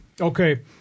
Okay